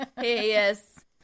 Yes